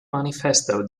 manifesto